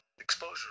exposure